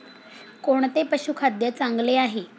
कोणते पशुखाद्य चांगले आहे?